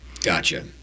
Gotcha